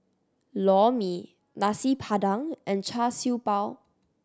Lor Mee Nasi Padang and Char Siew Bao